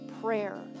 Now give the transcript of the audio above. prayer